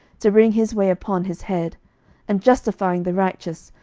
to bring his way upon his head and justifying the righteous,